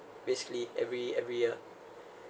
basically every every year